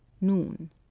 noon